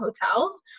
hotels